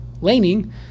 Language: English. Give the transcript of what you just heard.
laning